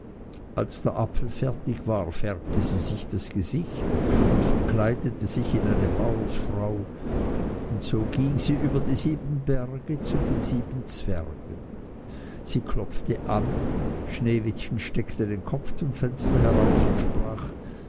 als der apfel fertig war färbte sie sich das gesicht und verkleidete sich in eine bauersfrau und so ging sie über die sieben berge zu den sieben zwergen sie klopfte an sneewittchen streckte den kopf zum fenster heraus und sprach